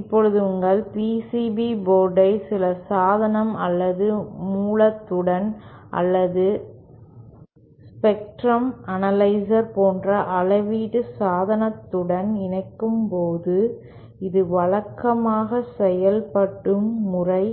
இப்போது உங்கள் PCB போர்டை சில சாதனம் அல்லது மூலத்துடன் அல்லது ஸ்பெக்ட்ரம் அனலைசர் போன்ற அளவீட்டு சாதனத்துடன் இணைக்கும்போது இது வழக்கமாக செய்யப்படும் முறை